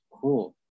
Cool